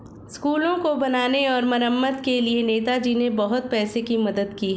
स्कूलों को बनाने और मरम्मत के लिए नेताजी ने बहुत पैसों की मदद की है